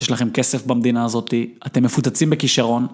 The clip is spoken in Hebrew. ‫יש לכם כסף במדינה הזאתי, ‫אתם מפוצצים בכישרון.